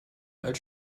als